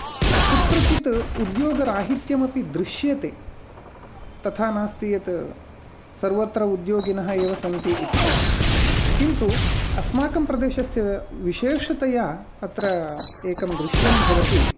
कुत्रचित् उद्योगराहित्यमपि दृश्यते तथा नास्ति यत् सर्वत्र उद्योगिनः एव सन्ति इति किन्तु अस्माकं प्रदेशस्य विशेषतया अत्र एकं दृश्यं भवति